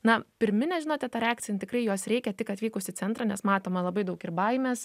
na pirminė žinote ta reakci tikrai jos reikia tik atvykus į centrą nes matome labai daug ir baimės